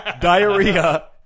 diarrhea